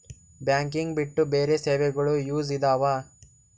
Banking ಬಿಟ್ಟು ಬೇರೆ ಸೇವೆಗಳು ಯೂಸ್ ಇದಾವ?